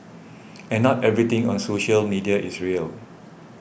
and not everything on social media is real